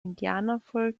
indianervolk